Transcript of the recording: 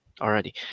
already